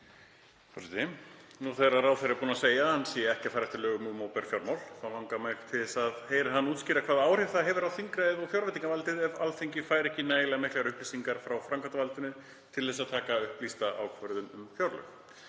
ráðherra er búinn að segja að hann sé ekki að fara eftir lögum um opinber fjármál langar mig til að heyra hann útskýra hvaða áhrif það hefur á þingræðið og fjárveitingavaldið ef Alþingi fær ekki nægilega miklar upplýsingar frá framkvæmdarvaldinu til að taka upplýsta ákvörðun um fjárlög.